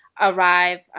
arrive